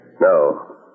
No